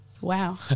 Wow